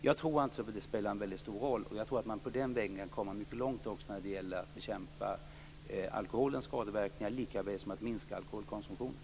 Jag tror alltså att det spelar en mycket stor roll och att man på den vägen kan komma mycket långt också när det gäller att bekämpa alkoholens skadeverkningar, likaväl som att minska alkoholkonsumtionen.